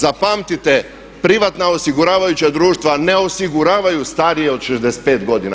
Zapamtite, privatna osiguravajuća društva ne osiguravaju starije od 65 godina.